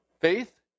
Faith